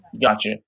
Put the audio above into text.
Gotcha